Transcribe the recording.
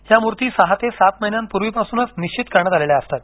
या मूर्ती सहा ते सात महिन्यांपूर्वीपासून निश्चित करण्यात आलेल्या असतात